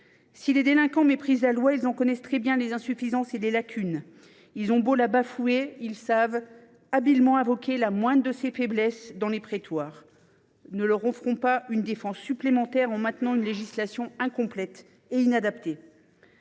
Si les délinquants méprisent la loi, ils en connaissent très bien les insuffisances et les lacunes. Ils ont beau la bafouer, ils savent habilement invoquer la moindre de ses faiblesses dans les prétoires. Ne leur offrons pas un moyen de défense supplémentaire en maintenant une législation incomplète et inadaptée.